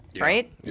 right